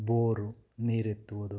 bore ನೀರೆತ್ತುವುದು